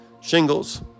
Shingles